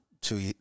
two